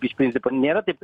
iš principo nėra taip